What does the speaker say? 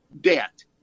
Debt